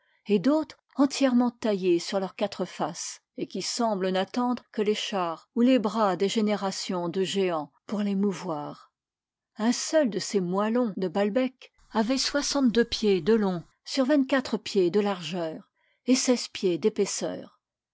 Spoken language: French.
et d'autres entièrement taillés sur leurs quatre faces et qui semblent n'attendre que les chars ou les bras des générations de géans pour les mouvoir un seul de ces moellons de balbek avait soixante-deux pieds de long sur vingt-quatre pieds de largeur et seize pieds d'épaisseur